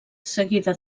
seguida